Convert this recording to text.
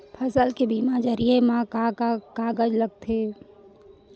फसल के बीमा जरिए मा का का कागज लगथे?